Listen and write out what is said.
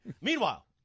Meanwhile